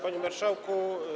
Panie Marszałku!